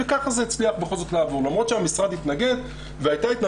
וככה זה הצליח בכל זאת לעבור.